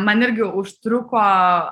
man irgi užtruko